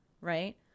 right